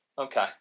Okay